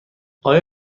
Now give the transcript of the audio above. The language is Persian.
آیا